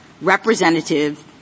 representative